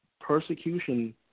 Persecution